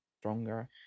stronger